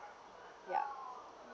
ya